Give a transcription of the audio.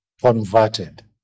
converted